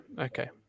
okay